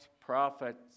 prophets